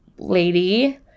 Lady